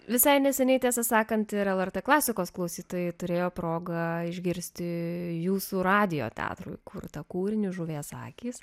visai neseniai tiesą sakant ir lrt klasikos klausytojai turėjo progą išgirsti jūsų radijo teatro kurtą kūrinį žuvies akys